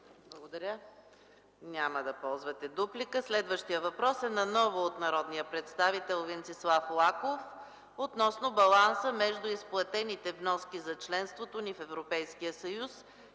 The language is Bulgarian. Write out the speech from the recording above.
Благодаря. Няма да ползвате дуплика. Следващият въпрос наново е от народния представител Венцислав Лаков – относно баланса между изплатените вноски за членството ни в Европейския съюз